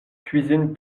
cuisine